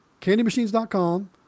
candymachines.com